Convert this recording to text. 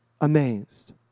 amazed